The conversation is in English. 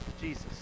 Jesus